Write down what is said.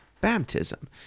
Baptism